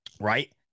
right